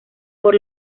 por